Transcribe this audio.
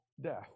death